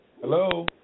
hello